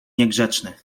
niegrzeczny